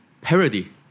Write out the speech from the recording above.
parody